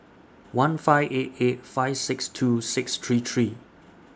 one five eight eight five six two six three three